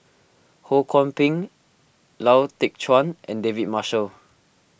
Ho Kwon Ping Lau Teng Chuan and David Marshall